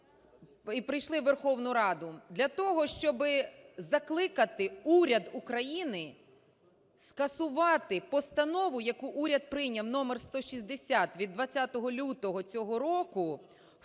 і прийшли у Верховну Раду для того, щоб закликати уряд України скасувати Постанову, яку уряд прийняв № 160 від 20 лютого цього року